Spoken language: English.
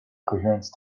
coherence